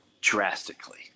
drastically